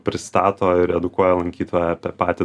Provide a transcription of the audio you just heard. pristato ir edukuoja lankytoją per patį